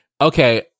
okay